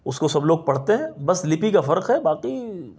اس کو سب لوگ پڑھتے ہیں بس لیپی کا فرق ہے باقی